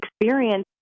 experience